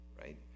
right